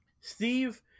Steve